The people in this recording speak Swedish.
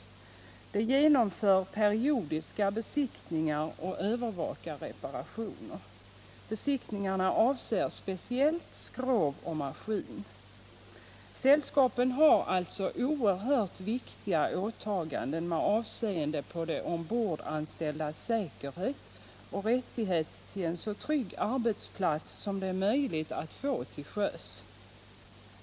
De genomför periodiska besiktningar och övervakar reparationer. Besiktningarna avser speciellt skrov och maskin. Sällskapen har alltså oerhört viktiga åtaganden med avseende på de ombordanställdas säkerhet och med avseende på deras rättighet till en så trygg arbetsplats som det är möjligt att få till sjöss.